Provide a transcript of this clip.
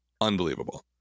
Unbelievable